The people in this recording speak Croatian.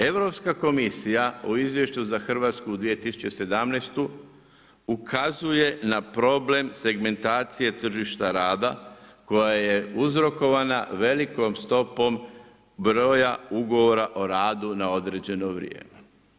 Europska komisija u izvješću za Hrvatsku u 2017. ukazuje na problem segmentacije tržišta rada koja je uzrokovana velikom stopom broja ugovora o radu na određeno vrijeme.